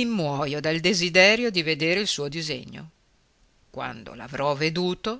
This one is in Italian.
i muojo dal desiderio di veder il suo disegno quando l'avrò veduto